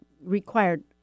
required